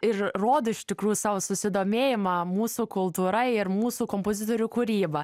ir rodo iš tikrųjų savo susidomėjimą mūsų kultūra ir mūsų kompozitorių kūryba